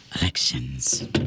elections